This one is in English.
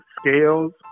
scales